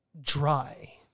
dry